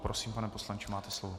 Prosím, pane poslanče, máte slovo.